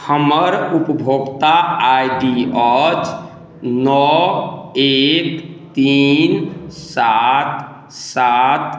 हमर उपभोक्ता I D अछि नओ एक तीन सात सात